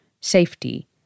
safety